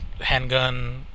handgun